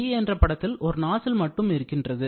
b என்ற படத்தில் ஒரு நாசில் மட்டும் இருக்கிறது